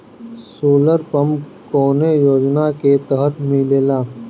Solar pump कौने योजना के तहत मिलेला?